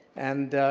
and